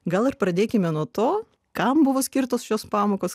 gal ir pradėkime nuo to kam buvo skirtos šios pamokos